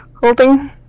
holding